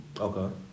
Okay